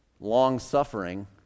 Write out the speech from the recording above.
long-suffering